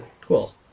Cool